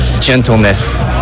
gentleness